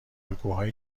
الگوهای